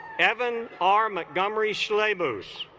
evan are montgomery slay moose